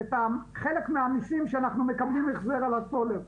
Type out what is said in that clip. את חלק מהמסים שאנחנו מקבלים החזר על הסולר.